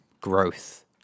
growth